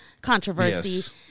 controversy